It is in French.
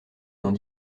dans